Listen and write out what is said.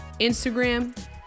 Instagram